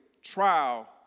Trial